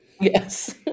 Yes